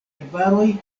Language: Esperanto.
arbaroj